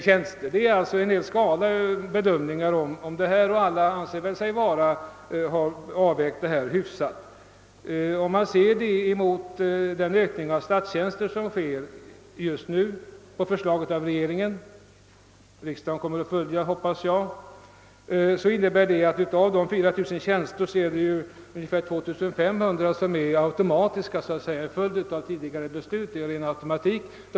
Det föreligger alltså här en skala olika bedömningar av behovet av tjänster, och alla parter anser sig väl ha gjort riktiga avväganden. Om vi jämför detta med den ökning av statstjänster som sker just nu på förslag av regeringen — som jag hoppas riksdagen kommer att följa — innebär detta att ungefär 2 500 av totalt 4 000 tjänster är automatiska, d.v.s. en följd av tidigare beslut.